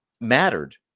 mattered